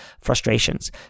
frustrations